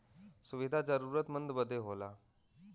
सुविधा जरूरतमन्द बदे होला